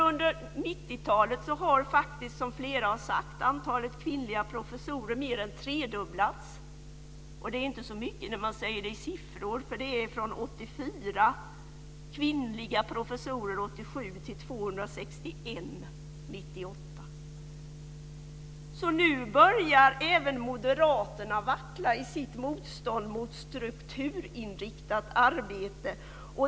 Under 90-talet har faktiskt, som flera har sagt, antalet kvinnliga professorer mer än tredubblats. Det är inte så mycket när man säger det i siffror för det är från 84 kvinnliga professorer år 1987 till 261 år 1998. Så nu börjar även moderaterna vackla i sitt motstånd mot strukturinriktat arbete.